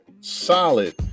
solid